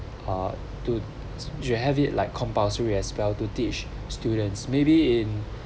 uh do you have it like compulsory as well to teach students maybe in